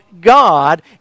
God